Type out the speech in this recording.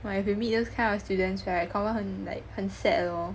well if you meet those kind of students right confirm 很 like 很 sad lor